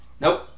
nope